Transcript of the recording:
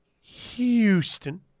Houston